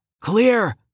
Clear